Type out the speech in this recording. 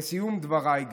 לסיום דבריי,